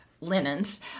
linens